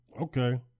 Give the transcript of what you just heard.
Okay